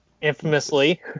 Infamously